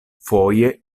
foje